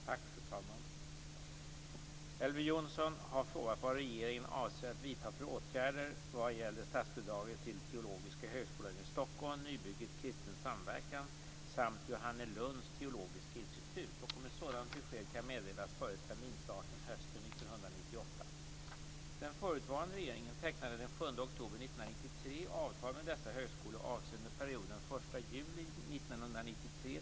Fru talman! Elver Jonsson har frågat vad regeringen avser att vidta för åtgärder vad gäller statsbidraget till Teologiska Höskolan i Stockholm, Nybygget - Institut och om ett sådant besked kan meddelas före terminsstarten hösten 1998.